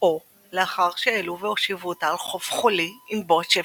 או לאחר שהעלו והושיבו אותה על חוף חולי עם בוא השפל.